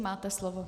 Máte slovo.